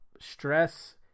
stress